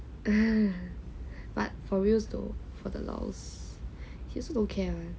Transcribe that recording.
but for reals though for the LOL he also don't care